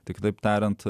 tiktai aptariant